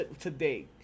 today